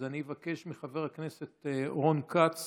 אז אני אבקש מחבר הכנסת רון כץ